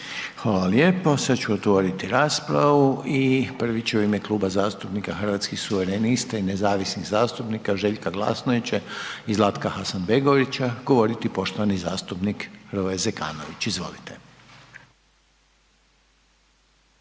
Hvala lijepo. Sad ću otvoriti raspravu i prvi će u ime Kluba zastupnika Hrvatskih suverenista i nezavisnih zastupnika Željka Glasnovića i Zlatka Hasanbegovića govoriti poštovani zastupnik Hrvoje Zekanović. Izvolite.